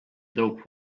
dope